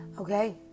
Okay